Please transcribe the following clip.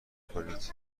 کنید